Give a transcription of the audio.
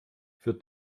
für